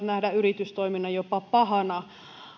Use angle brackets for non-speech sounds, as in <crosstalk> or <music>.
<unintelligible> nähdä yritystoiminnan jopa pahana